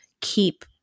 keep